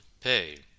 pay